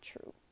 true